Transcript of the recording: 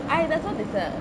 i~ that's what they said